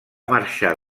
marxar